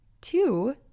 two